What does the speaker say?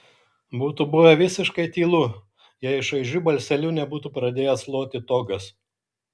būtų buvę visiškai tylu jei šaižiu balseliu nebūtų pradėjęs loti togas